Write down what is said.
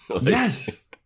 Yes